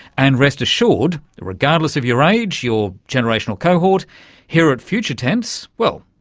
and rest assured, regardless of your age your generational cohort here at future tense, well,